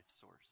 source